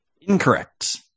Incorrect